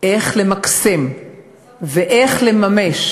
איך למקסם ואיך לממש